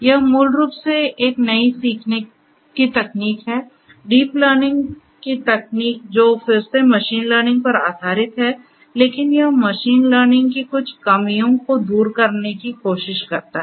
यह मूल रूप से एक नई सीखने की तकनीक है डीप लर्निंग की तकनीक जो फिर से मशीन लर्निंग पर आधारित है लेकिन यह मशीन लर्निंग की कुछ कमियों को दूर करने की कोशिश करता है